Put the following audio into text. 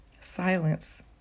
silence